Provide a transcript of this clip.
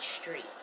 street